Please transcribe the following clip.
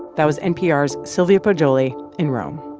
that was npr's sylvia poggioli in rome